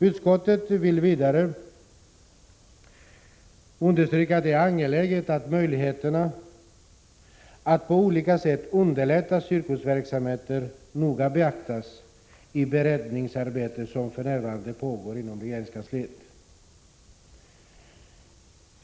Utskottet betonar vidare att det är angeläget att möjligheterna att på olika sätt underlätta cirkusverksamhet noga beaktas i det beredningsarbete som för närvarande pågår inom regeringskansliet.